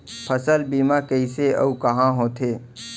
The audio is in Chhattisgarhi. फसल बीमा कइसे अऊ कहाँ होथे?